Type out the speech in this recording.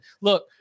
look